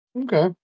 Okay